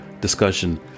discussion